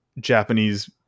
Japanese